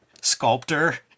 sculptor